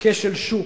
"כשל שוק",